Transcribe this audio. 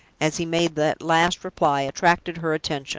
as he made that last reply, attracted her attention.